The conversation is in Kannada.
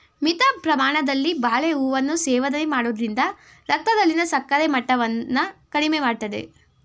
ಮಿತ ಪ್ರಮಾಣದಲ್ಲಿ ಬಾಳೆಹೂವನ್ನು ಸೇವನೆ ಮಾಡೋದ್ರಿಂದ ರಕ್ತದಲ್ಲಿನ ಸಕ್ಕರೆ ಮಟ್ಟವನ್ನ ಕಡಿಮೆ ಮಾಡ್ತದೆ